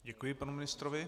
Děkuji panu ministrovi.